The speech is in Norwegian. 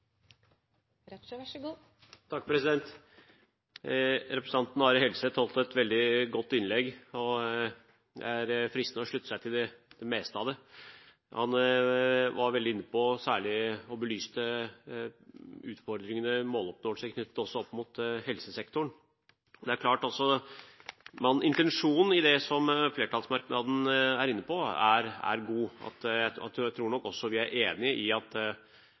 fristende å slutte seg til det meste av det. Han var inne på og belyste særlig utfordringene med måloppnåelse knyttet opp mot helsesektoren. Det er klart at intensjonen i det som flertallsmerknaden er inne på, er god. Jeg tror nok også vi er enige om at